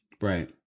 Right